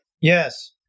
Yes